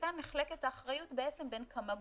כאן נחלקת האחריות בעצם בין כמה גופים: